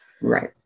Right